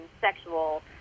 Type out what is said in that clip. sexual